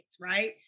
right